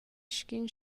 sc’in